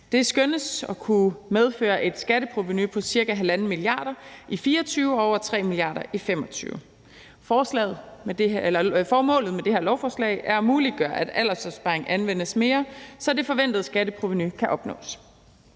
Det skønnes at kunne medføre et skatteprovenu på ca. 1,5 mia. kr. i 2024 og over 3 mia. kr. i 2025. Formålet med det her lovforslag er at muliggøre, at aldersopsparing anvendes mere, så det forventede skatteprovenu kan opnås.